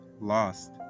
Lost